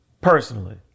personally